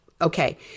okay